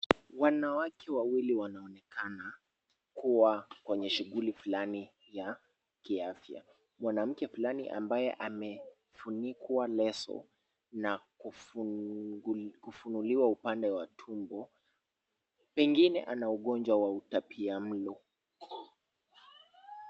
Wanawake wawili wanaonekana kuwa kwenye shughuli fulani ya kiafya, mwanamke fulani ambaye amefunikwa leso na kufunuliwa upande wa tumbo, pengine ana ugonjwa wa utapia mlo.